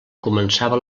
començava